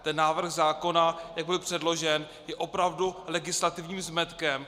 Ten návrh zákona, jak byl předložen, je opravdu legislativním zmetkem.